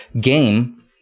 game